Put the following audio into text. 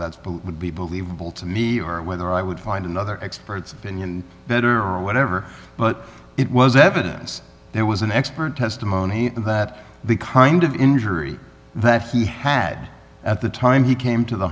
bill would be believable to me or whether i would find another expert's opinion better or whatever but it was evidence there was an expert testimony that the kind of injury that he had at the time he came to the